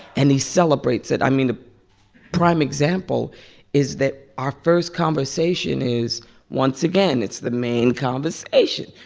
and he celebrates it. i mean, the prime example is that our first conversation is once again, it's the main conversation.